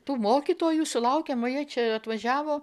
tų mokytojų sulaukėm va jie čia atvažiavo